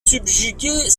subjuguer